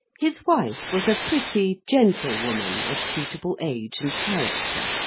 his wife was a pretty, gentle woman, of suitable age and character.